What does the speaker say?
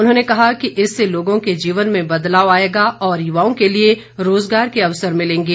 उन्होंने कहा कि इससे लोगों के जीवन में बदलाव आएगा और युवाओं के लिए रोजगार के अवसर मिलेंगे